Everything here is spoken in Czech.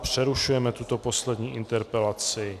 Přerušujeme tuto poslední interpelaci.